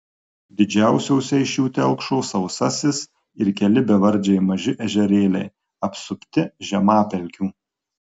didžiausiose iš jų telkšo sausasis ir keli bevardžiai maži ežerėliai apsupti žemapelkių